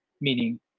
meaning